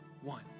One